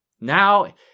Now